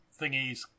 thingies